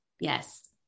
Yes